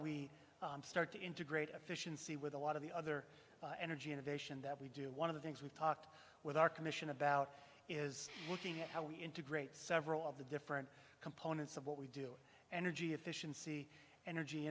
we start to integrate efficiency with a lot of the other energy innovation that we do one of the things we've talked with our commission about is looking at how we integrate several of the different components of what we do energy efficiency energy